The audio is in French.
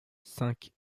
cinq